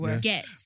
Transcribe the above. get